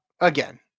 Again